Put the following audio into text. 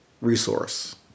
resource